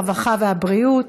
הרווחה והבריאות